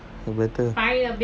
no matter